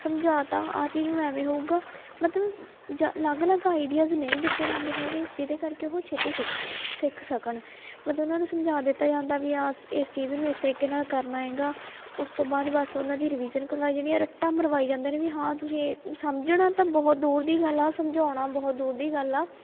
ਸਮਝਾ ਤਾ ਆਹ ਚੀਜ਼ ਮੈਂ ਇਵੇਂ ਹੋਵੇਗਾ ਮਤਲਬ ਜ ਅਲੱਗ ਅਲੱਗ ਆਈਡੀਆਜ ਨਹੀਂ ਦਿੱਤੇ ਜਾਂਦੇ ਹੈਗੇ ਜਿਹਦੇ ਕਰਕੇ ਉਹ ਛੇਤੀ ਸੇ ਸਿੱਖ ਸਕਣ ਮਤਲਬ ਉਹਨਾਂ ਨੂੰ ਸਮਝਾ ਦਿੱਤਾ ਜਾਂਦਾ ਵੀ ਆਸ ਇਸ ਚੀਜ਼ ਨੂੰ ਇਸ ਤਰੀਕੇ ਨਾਲ ਕਰਨਾ ਹੈਗਾ ਉਸ ਤੋਂ ਬਾਅਦ ਬਸ ਉਹਨਾਂ ਦੀ ਰਿਵੀਜ਼ਨ ਕਰਵਾਈ ਜਾਣੀ ਰੱਟਾ ਮਰਵਾਈ ਜਾਂਦੇ ਨੇ ਵੀ ਹਾਂ ਤੁਸੀਂ ਏ ਸਮਝਣਾ ਤਾਂ ਬਹੁਤ ਦੂਰ ਦੀ ਗੱਲ ਆ ਸਮਝਾਉਣਾ ਬਹੁਤ ਦੂਰ ਦੀ ਗੱਲ ਆ